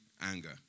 anger